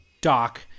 doc